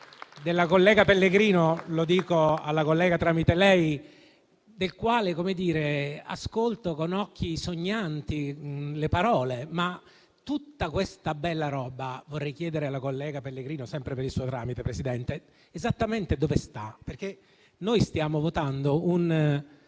della collega Pellegrino - lo dico alla collega tramite lei - del quale ascolto con occhi sognanti le parole. Ma tutta la bella roba, vorrei chiedere alla collega Pellegrino - sempre per il suo tramite, Presidente - esattamente dove sta? Noi stiamo votando un